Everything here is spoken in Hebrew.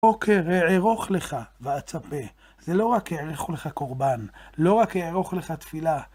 בוקר אערוך לך ואצפה, זה לא רק אערוך לך קרבן, לא רק אערוך לך תפילה.